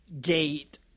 gate